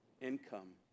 income